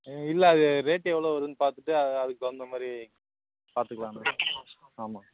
இல்லை அது ரேட்டு எவ்வளோ வருதுன்னு பார்த்துட்டு அதுக்கு தகுந்தமாரி பார்த்துக்கலான்னு ஆமாம்